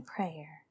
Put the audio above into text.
Prayer